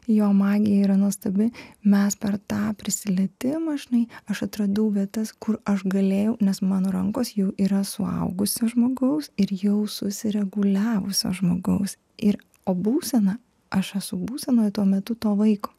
jo magija yra nuostabi mes per tą prisilietimą žinai aš atradau vietas kur aš galėjau nes mano rankos jau yra suaugusio žmogaus ir jau susireguliavusio žmogaus ir o būsena aš esu būsenoj tuo metu to vaiko